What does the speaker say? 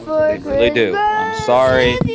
they really do. i'm sorry.